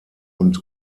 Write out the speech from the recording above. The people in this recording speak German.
und